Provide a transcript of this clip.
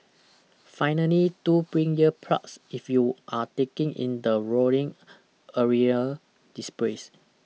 finally do bring ear plugs if you are taking in the roaring aerial displays